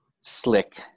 slick